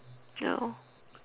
no